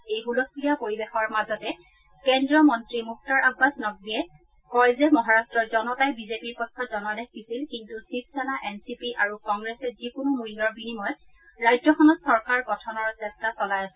এই ছলস্থূলীয়া পৰিৱেশৰ মাজতে কেন্দ্ৰীয় মন্ত্ৰী মুখতাৰ আববাছ নাকভীয়ে কয় যে মহাৰট্টৰ জনতাই বিজেপিৰ পক্ষত জনাদেশ দিছিল কিন্তু শিৱসেনা এন চি পি আৰু কংগ্ৰেছে যিকোনো মূল্যৰ বিনিময়ত ৰাজ্যখনত চৰকাৰ গঠনৰ চেষ্টা চলাই আছে